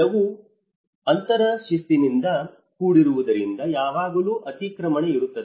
ಎಲ್ಲವೂ ಅಂತರಶಿಸ್ತಿನಿಂದ ಕೂಡಿರುವುದರಿಂದ ಯಾವಾಗಲೂ ಅತಿಕ್ರಮಣ ಇರುತ್ತದೆ